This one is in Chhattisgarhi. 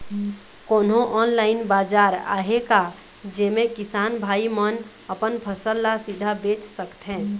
कोन्हो ऑनलाइन बाजार आहे का जेमे किसान भाई मन अपन फसल ला सीधा बेच सकथें?